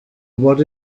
what